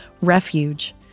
Refuge